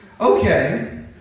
Okay